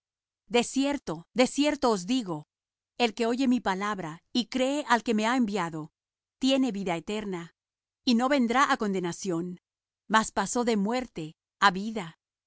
de cierto os digo el que oye mi palabra y cree al que me ha enviado tiene vida eterna y no vendrá á condenación mas pasó de muerte á vida